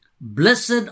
Blessed